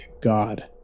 God